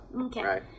Okay